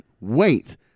wait